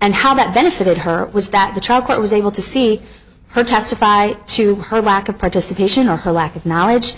and how that benefited her was that the trial court was able to see her testify to her lack of participation or her lack of knowledge